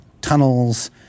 tunnels